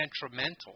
detrimental